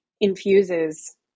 infuses